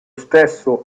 stesso